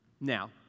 Now